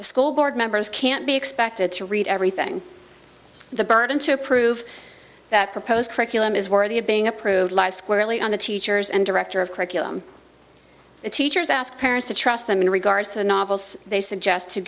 the school board members can't be expected to read everything the burden to prove that proposed curriculum is worthy of being approved lies squarely on the teachers and director of curriculum the teachers ask parents to trust them in regards to novels they suggest to